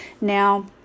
Now